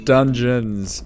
Dungeons